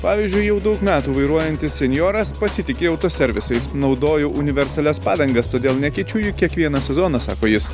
pavyzdžiui jau daug metų vairuojantis senjoras pasitiki autoservisais naudoju universalias padangas todėl nekeičiu jų kiekvieną sezoną sako jis